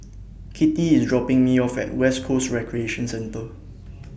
Kittie IS dropping Me off At West Coast Recreation Centre